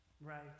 Right